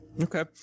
okay